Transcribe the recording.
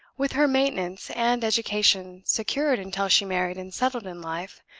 with her maintenance and education secured until she married and settled in life,